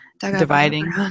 dividing